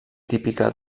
típica